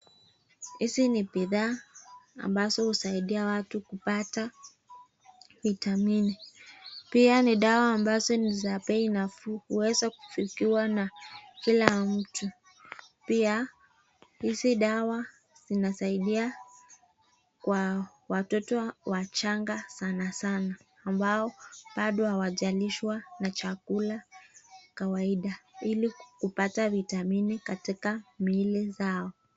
Hizi ni bidhaa ambazo husaidia watu kupata vitamini, pia ni dawa ambazo niza bei nafuu huweza kufikiwa na Kila mtu, pia Hizi dawa Zinasaidia kwa watoto wachanga sana sana ambao Bado hawajalishwa na chakula kawaida Ili kupata vitamini katika miili zao.